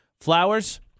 Flowers